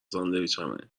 ساندویچمه